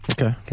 Okay